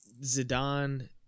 Zidane